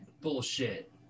bullshit